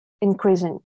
increasing